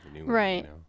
right